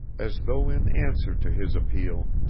as though in answer to his appeal,